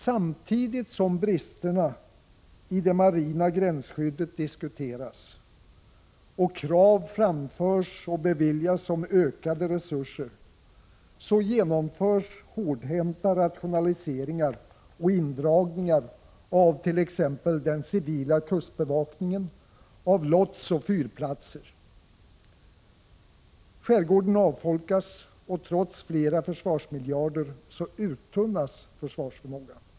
Samtidigt som bristerna i det marina gränsskyddet diskuteras samt krav framförs och anslag beviljas när det gäller ökade resurser genomförs hårdhänta rationaliseringar och indragningar av t.ex. den civila kustbevakningen, av lotsoch fyrplatser. Skärgården avfolkas, och trots fler försvarsmiljarder uttunnas försvarsförmågan.